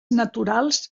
naturals